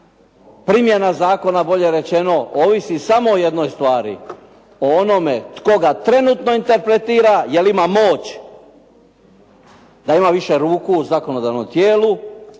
primjena zakona bolje rečeno ovisi samo o jednoj stvari o onome tko ga trenutno interpretira jer ima moć da ima više ruku u zakonodavnom tijelu